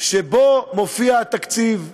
שבו מופיע התקציב.